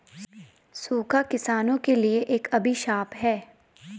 सूखा किसानों के लिए एक अभिशाप है